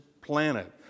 planet